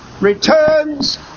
returns